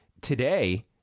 today